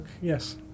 yes